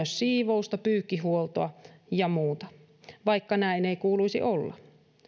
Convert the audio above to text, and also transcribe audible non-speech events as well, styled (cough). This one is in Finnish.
(unintelligible) siivousta pyykkihuoltoa ja muuta vaikka näin ei kuuluisi olla